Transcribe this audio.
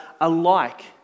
alike